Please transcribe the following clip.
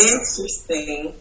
Interesting